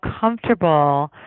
comfortable